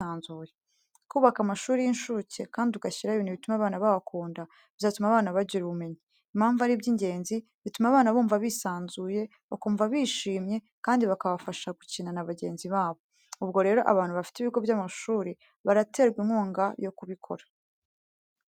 Kubaka amashuri y'incuke kandi ugashyiraho ibintu bituma abana bahakunda bizatuma abana bagira ubumenyi. Impamvu ari iby'ingenzi, bituma abana bumva bisanzuye, bakumva bishimye kandi bakabasha gukina n'abagenzi babo. Ubwo rero abantu bafite ibigo by'amashuri baraterwa inkunga yo kubikora.